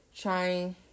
trying